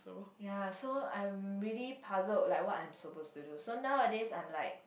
ya so I'm really puzzled like what I'm supposed to do so nowadays I'm like